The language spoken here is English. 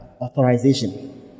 authorization